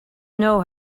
know